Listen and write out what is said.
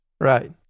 Right